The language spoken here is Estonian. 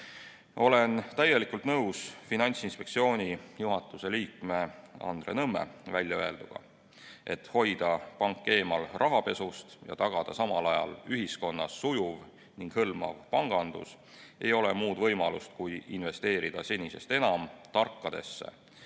Olen täielikult nõus Finantsinspektsiooni juhatuse liikme Andre Nõmme väljaöelduga, et selleks, et hoida pank eemal rahapesust ja tagada samal ajal ühiskonnas sujuv ning hõlmav pangandus, ei ole muud võimalust kui investeerida senisest enam tarkadesse